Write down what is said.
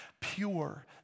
pure